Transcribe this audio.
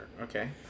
okay